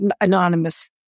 anonymous